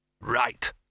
Right